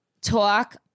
talk